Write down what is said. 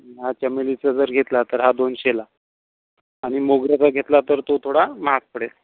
आणि हा चमेलीचा जर घेतला तर हा दोनशेला आणि मोगऱ्याचा घेतला तर तो थोडा महाग पडेल